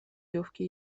jówki